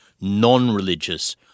non-religious